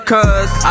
Cause